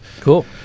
Cool